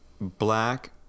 black